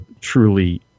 truly